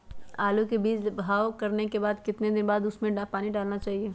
आलू के बीज के भाव करने के बाद कितने दिन बाद हमें उसने पानी डाला चाहिए?